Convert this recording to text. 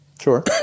Sure